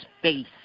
face